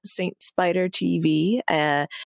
SaintSpiderTV